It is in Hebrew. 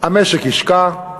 המשק ישקע,